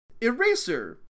Eraser